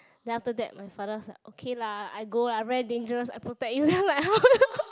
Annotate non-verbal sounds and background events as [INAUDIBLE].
then after that my father was like okay lah I go lah very dangerous I protect you then I'm like !huh! [LAUGHS]